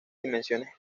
dimensiones